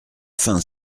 fin